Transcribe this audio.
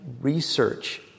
research